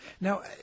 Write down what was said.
Now